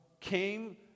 came